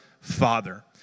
Father